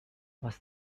was